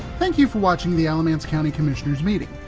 thank you for watching the alamance county commissioners meeting.